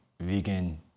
vegan